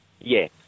Yes